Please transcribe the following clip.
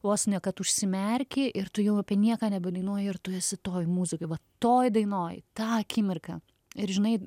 vos ne kad užsimerki ir tu jau apie nieką nebedainuoji ir tu esi toj muzikoj va toj dainoj tą akimirką ir žinai